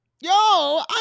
Yo